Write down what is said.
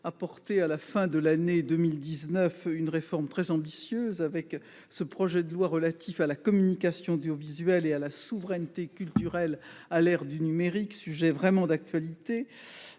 a promu, à la fin de l'année 2019, une réforme très ambitieuse, au travers du projet de loi relatif à la communication audiovisuelle et à la souveraineté culturelle à l'ère numérique. Ce texte a été